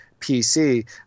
PC